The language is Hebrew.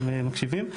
הם מקשיבים?